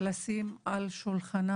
לשים את הנושא על שולחנה